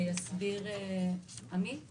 ויסביר עמית